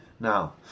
Now